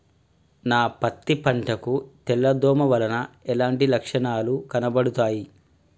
నా పత్తి పంట కు తెల్ల దోమ వలన ఎలాంటి లక్షణాలు కనబడుతాయి?